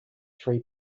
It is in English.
three